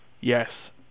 Yes